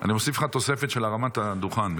אני מוסיף לך תוספת של הרמת הדוכן.